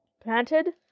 planted